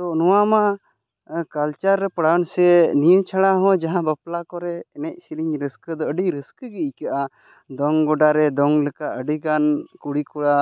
ᱛᱚ ᱱᱚᱣᱟ ᱢᱟ ᱠᱟᱞᱪᱟᱨ ᱨᱮ ᱯᱟᱲᱟᱱ ᱥᱮ ᱱᱤᱭᱟᱹ ᱪᱷᱟᱲᱟ ᱦᱚᱸ ᱡᱟᱦᱟᱸ ᱵᱟᱯᱞᱟ ᱠᱚᱨᱮ ᱮᱱᱮᱡ ᱥᱮᱨᱮᱧ ᱨᱟᱹᱥᱠᱟᱹ ᱫᱚ ᱟᱹᱰᱤ ᱨᱟᱹᱥᱠᱟᱹ ᱜᱮ ᱟᱹᱭᱠᱟᱹᱜᱼᱟ ᱫᱚᱝ ᱜᱚᱰᱟ ᱨᱮ ᱫᱚᱝ ᱞᱮᱠᱟ ᱟᱹᱰᱤ ᱜᱟᱱ ᱠᱩᱲᱤᱼᱠᱚᱲᱟ